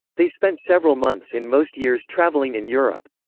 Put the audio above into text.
they spent several months in most years traveling in europe.